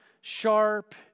sharp